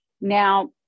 Now